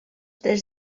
tres